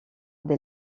des